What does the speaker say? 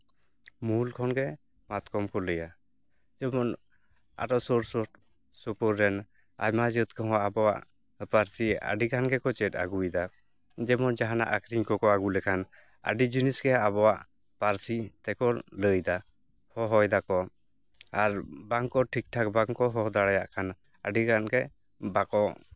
ᱢᱩᱦᱩᱞ ᱠᱷᱚᱱᱜᱮ ᱢᱟᱛᱠᱚᱢ ᱠᱚ ᱞᱟᱹᱭᱟ ᱡᱮᱢᱚᱱ ᱟᱨᱚ ᱥᱩᱨ ᱥᱩᱨ ᱥᱩᱯᱩᱨ ᱨᱮᱱ ᱟᱭᱢᱟ ᱡᱟᱹᱛ ᱠᱚᱦᱚᱸ ᱟᱵᱚᱣᱟᱜ ᱯᱟᱹᱨᱥᱤ ᱟᱹᱰᱤᱜᱟᱱ ᱜᱮᱠᱚ ᱪᱮᱫ ᱟᱜᱩᱭᱮᱫᱟ ᱡᱮᱢᱚᱱ ᱡᱟᱦᱟᱱᱟᱜ ᱟᱹᱠᱷᱨᱤᱧ ᱠᱚᱠᱚ ᱟᱹᱜᱩᱞᱮᱠᱷᱟᱱ ᱟᱹᱰᱤ ᱡᱤᱱᱤᱥ ᱜᱮ ᱟᱵᱚᱣᱟᱜ ᱯᱟᱹᱨᱥᱤ ᱛᱮᱠᱚ ᱞᱟᱹᱭᱫᱟ ᱦᱚᱦᱚᱭᱫᱟᱠᱚ ᱟᱨ ᱵᱟᱝᱠᱚ ᱴᱷᱤᱠᱴᱷᱟᱠ ᱵᱟᱝᱠᱚ ᱦᱚᱦᱚ ᱫᱟᱲᱭᱟᱜ ᱠᱷᱟᱱ ᱟᱹᱰᱤ ᱜᱟᱱᱜᱮ ᱵᱟᱠᱚ